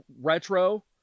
retro